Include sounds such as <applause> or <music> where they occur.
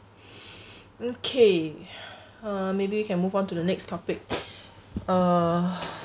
<breath> okay <breath> uh maybe we can move on to the next topic uh